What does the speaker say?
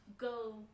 go